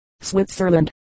Switzerland